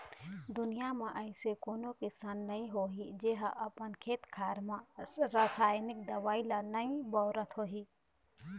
दुनिया म अइसे कोनो किसान नइ होही जेहा अपन खेत खार म रसाइनिक दवई ल नइ बउरत होही